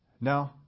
No